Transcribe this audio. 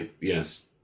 yes